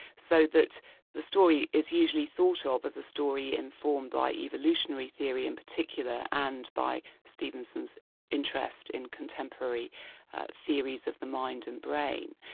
so that the story is usually thought ah of as a story informed by evolutionary theory in particular, and by stevenson's interest in contemporary theories of the mind and brain.